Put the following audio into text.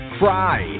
cry